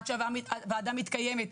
עד שהוועדה מתקיימת,